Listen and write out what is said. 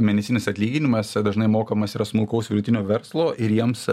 mėnesinis atlyginimas dažnai mokamas yra smulkaus vidutinio verslo ir jiems